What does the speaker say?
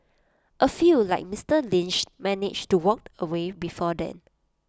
A few like Mister Lynch manage to walk away before then